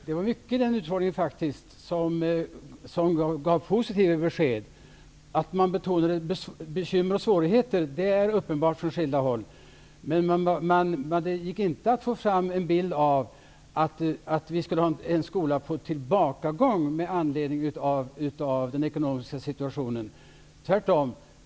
Det var faktiskt mycket i den utfrågningen som gav positiva besked. Att man från skilda håll betonade bekymmer och svårigheter är uppenbart, men det gick inte att få fram en bild av att vi med anledning av den ekonomiska situationen skulle ha en skola på tillbakagång, tvärtom.